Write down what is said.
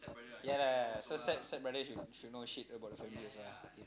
yeah lah so step~ stepbrother should know shit about the family also ah